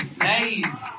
save